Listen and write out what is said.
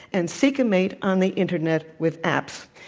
and seek a mate on the internet with apps.